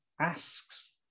asks